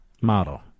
model